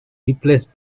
replaced